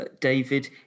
David